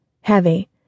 heavy